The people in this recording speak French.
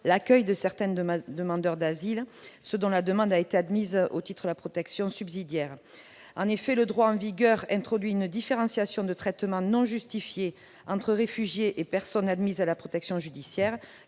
l'accueil de certains demandeurs d'asile, à savoir ceux dont la demande a été admise au titre de la protection subsidiaire. En effet, le droit en vigueur introduit une différenciation de traitement non justifiée entre réfugiés et personnes admises à la protection subsidiaire